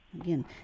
Again